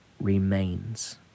remains